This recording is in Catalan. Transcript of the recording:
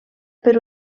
per